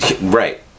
Right